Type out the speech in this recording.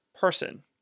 person